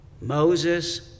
Moses